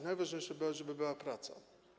Najważniejsze było to, żeby była praca.